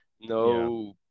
no